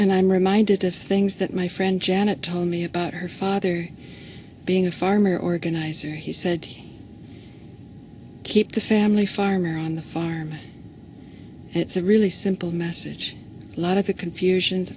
and i'm reminded of things that my friend janet told me about her father being a farmer organizer he said to keep the family farmer on the farm it's a really simple message lot of the confusion